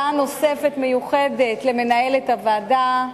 תודה נוספת מיוחדת למנהלת הוועדה,